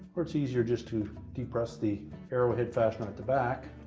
or it's easier just to depress the arrowhead fastener at the back